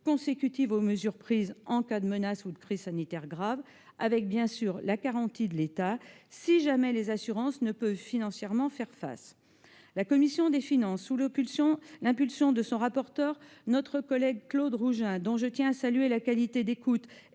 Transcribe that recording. consécutives aux mesures prises en cas de menace ou de crise sanitaire grave avec la garantie de l'État, si jamais les assurances ne peuvent pas faire face financièrement. Sous l'impulsion de son rapporteur, notre collègue Claude Nougein, dont je tiens à saluer la qualité d'écoute